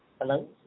Hello